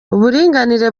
uburinganire